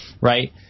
right